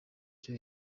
cyo